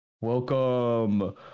welcome